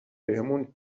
بهمون